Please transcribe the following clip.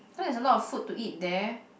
cause there's a lot of food to eat there